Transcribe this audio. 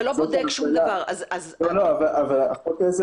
אתה לא בודק שום דבר --- אבל חוק העזר